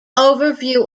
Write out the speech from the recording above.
overview